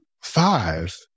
five